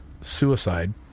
suicide